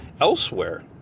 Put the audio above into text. elsewhere